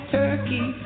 turkey